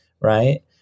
right